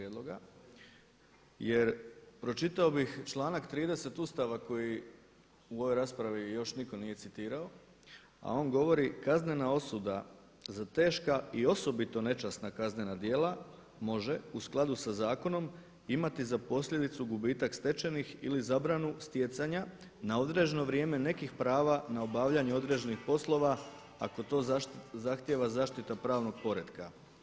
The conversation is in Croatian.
Jer pročitao bih članak 30 Ustava koji u ovoj raspravi još nitko citirao a on govori, kaznena osuda za teška i osobito nečasna kaznena djela može u skladu sa zakonom imati za posljedicu gubitak stečenih ili zabranu stjecanja na određeno vrijeme nekih prava na obavljanje određenih poslova ako to zahtjeva zaštita pravnog poretka.